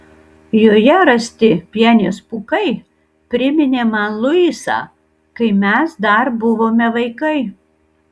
joje rasti pienės pūkai priminė man luisą kai mes dar buvome vaikai